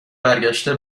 برگشته